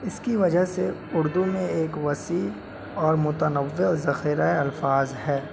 اس کی وجہ سے اردو میں ایک وسیع اور متنوع ذخیرہ الفاظ ہے